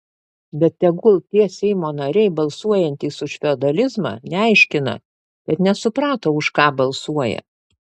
bet tegul tie seimo nariai balsuojantys už feodalizmą neaiškina kad nesuprato už ką balsuoja